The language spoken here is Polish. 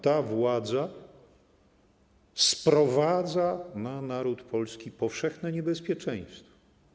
Ta władza sprowadza na naród polski powszechne niebezpieczeństwo.